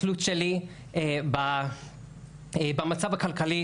התלות שלי במצב הכלכלי,